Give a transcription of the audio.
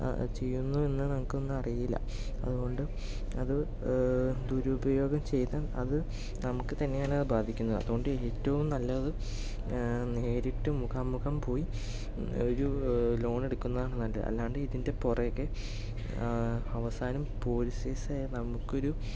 ചെയ്യുന്നുവെന്ന് നമുക്കൊന്നും അറിയില്ല അതുകൊണ്ട് അത് ദുരുപയോഗം ചെയ്ത് അത് നമുക്ക് തന്നെയാണത് ബാധിക്കുന്നത് അതുകൊണ്ട് ഏറ്റവും നല്ലത് നേരിട്ട് മുഖാമുഖം പോയി ഒരു ലോൺ എടുക്കുന്നതാണ് നല്ലത് അല്ലാണ്ട് ഇതിന്റെ പുറകെ അവസാനം പോലീസ് കേസ് ആയാൽ നമുക്കൊരു